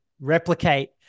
replicate